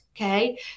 okay